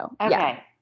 Okay